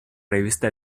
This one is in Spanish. revista